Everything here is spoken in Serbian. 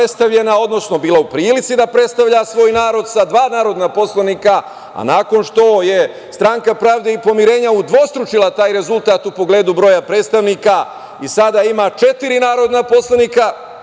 odnosno bila u prilici da predstavlja svoj narod sa dva narodna poslanika, a nakon što je Stranka pravde i pomirenja udvostručila taj rezultat u pogledu broja predstavnika i sada ima četiri narodna poslanika.Za